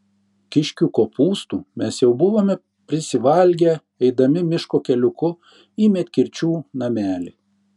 kiškių kopūstų mes jau buvome prisivalgę eidami miško keliuku į medkirčių namelį